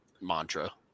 mantra